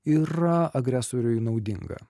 yra agresoriui naudinga